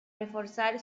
reforzar